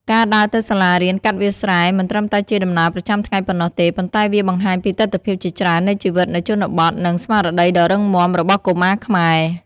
ការដើរទៅសាលារៀនកាត់វាលស្រែ មិនត្រឹមតែជាដំណើរប្រចាំថ្ងៃប៉ុណ្ណោះទេ ប៉ុន្តែវាបង្ហាញពីទិដ្ឋភាពជាច្រើននៃជីវិតនៅជនបទ និង ស្មារតីដ៏រឹងមាំ របស់កុមារខ្មែរ។